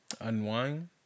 Unwind